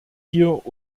hier